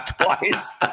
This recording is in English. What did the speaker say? twice